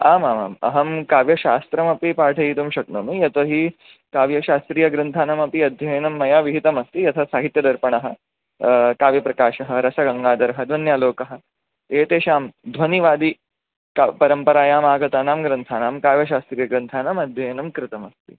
आमामाम् अहं काव्यशास्त्रमपि पाठयितुं शक्नोमि यतो हि काव्यशास्त्रीयग्रन्थानामपि अध्ययनं मया विहितमस्ति यथा साहित्यदर्पणः काव्यप्रकाशः रसगङ्गाधरः ध्वन्यालोकः एतेषां ध्वनिवादिकपरम्परायाम् आगतानां ग्रन्थानां काव्यशास्त्रीयग्रन्थानां अध्ययनं कृतमस्ति